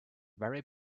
very